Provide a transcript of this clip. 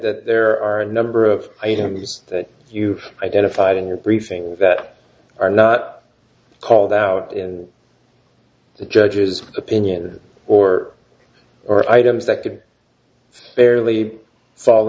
that there are a number of items that you identified in your briefing that are not called out in the judge's opinion or or items that could barely fall